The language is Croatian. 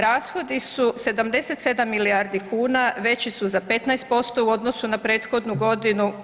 Rashodi su 77 milijardi kuna, veći su za 15% u odnosu na prethodnu godinu.